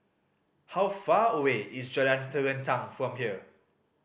how far away is Jalan Terentang from here